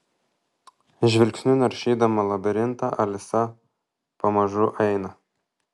žvilgsniu naršydama labirintą alisa pamažu eina